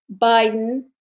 Biden